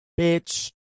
bitch